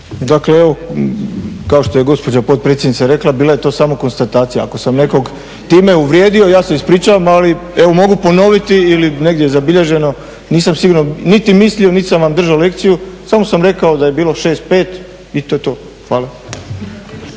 Dakle, kao što je gospođa potpredsjednica rekla, bila je to samo konstatacija. Ako sam nekog time uvrijedio, ja se ispričavam, ali evo, mogu ponoviti ili je negdje zabilježeno, nisam siguran, niti mislio niti sam vam držao lekciju, samo sam rekao da je bilo 6, 5 i to je to. Hvala.